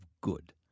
good